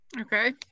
Okay